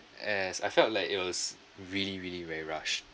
as I felt like it was really really very rushed